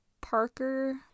Parker